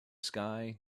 sky